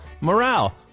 morale